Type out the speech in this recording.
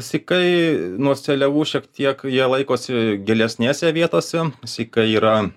sykai nuo seliavų šiek tiek jie laikosi gilesnėse vietose sykai yra